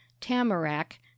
tamarack